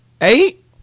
Eight